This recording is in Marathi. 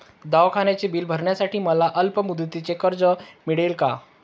दवाखान्याचे बिल भरण्यासाठी मला अल्पमुदतीचे कर्ज मिळेल का?